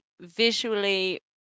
visually